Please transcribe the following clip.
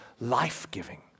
life-giving